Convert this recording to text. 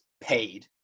paid